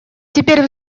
теперь